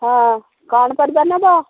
ହଁ କ'ଣ ପରିବା ନେବ